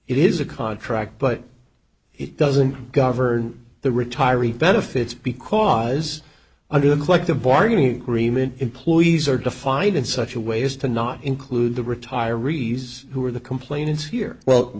it is a contract but it doesn't govern the retiree benefits because under the collective bargaining agreement employees are defined in such a way as to not include the retirees who are the complainant here well